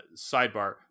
Sidebar